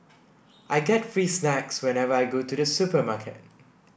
I get free snacks whenever I go to the supermarket